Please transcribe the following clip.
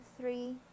three